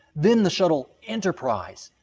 then the shuttle enterprise,